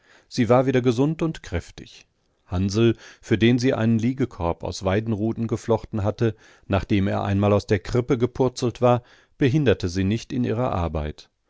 sie war wieder gesund und kräftig hansl für den sie einen liegekorb aus weidenruten geflochten hatte nachdem er einmal aus der krippe gepurzelt war behinderte sie nicht in ihrer arbeit